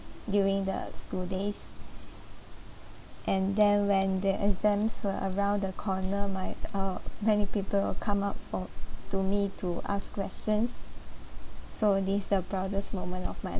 during the school days and then when the exams were around the corner my uh many people will come up o~ to me to ask questions so this the proudest moment of my